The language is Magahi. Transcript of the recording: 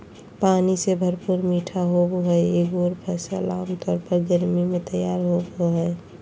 पानी से भरपूर मीठे होबो हइ एगोर फ़सल आमतौर पर गर्मी में तैयार होबो हइ